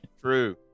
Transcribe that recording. True